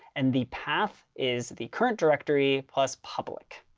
and the path is the current directory plus public.